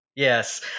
Yes